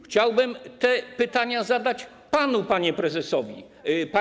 Chciałbym te pytania zadać panu, panie prezesie.